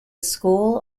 school